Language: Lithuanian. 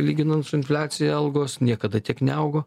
lyginant su infliacija algos niekada tiek neaugo